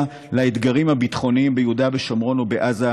לאתגרים הביטחוניים ביהודה ושומרון או בעזה,